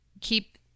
keep